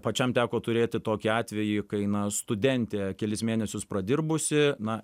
pačiam teko turėti tokį atvejį kai na studentė kelis mėnesius pradirbusi na